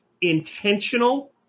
intentional